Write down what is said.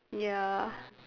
ya